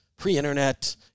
pre-internet